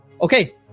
Okay